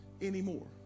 anymore